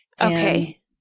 Okay